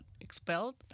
expelled